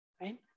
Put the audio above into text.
right